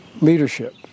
Leadership